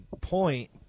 point